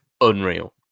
unreal